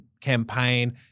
campaign